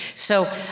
so,